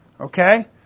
Okay